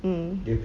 mm